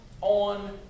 on